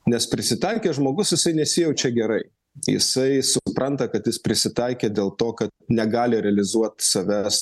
nes prisitaikęs žmogus jisai nesijaučia gerai jisai supranta kad jis prisitaikė dėl to kad negali realizuot savęs